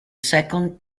second